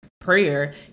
prayer